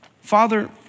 Father